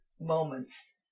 moments